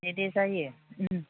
एह दे जायो उम